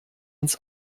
uns